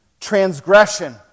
Transgression